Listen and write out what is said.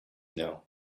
know